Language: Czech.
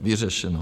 Vyřešeno.